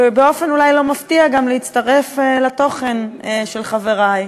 ובאופן אולי לא מפתיע גם להצטרף לתוכן של חברי.